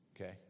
okay